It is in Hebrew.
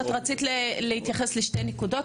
את רצית להתייחס לשתי נקודות,